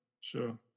Sure